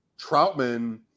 Troutman